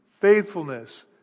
faithfulness